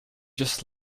just